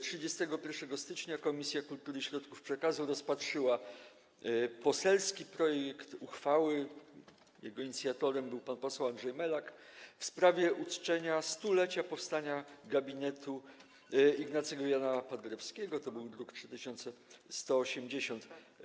31 stycznia Komisja Kultury i Środków Przekazu rozpatrzyła poselski projekt uchwały, którego inicjatorem był pan poseł Andrzej Melak, w sprawie uczczenia 100-lecia powstania gabinetu Ignacego Jana Paderewskiego, druk nr 3180.